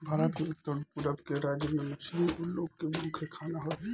भारत के उत्तर पूरब के राज्य में मछली उ लोग के मुख्य खाना हवे